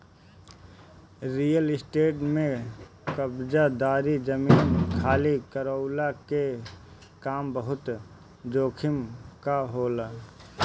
real estate में कब्ज़ादारी, जमीन खाली करववला के काम बहुते जोखिम कअ होला